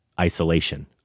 isolation